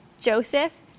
joseph